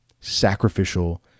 sacrificial